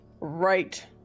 right